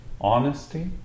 honesty